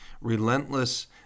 relentless